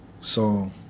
song